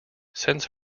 since